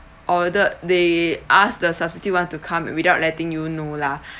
ordered they ask the substitute you want to come without letting you know lah